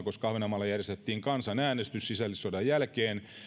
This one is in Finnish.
koska ahvenanmaalla järjestettiin kansanäänestys sisällissodan jälkeen